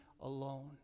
alone